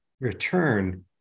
return